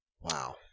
Wow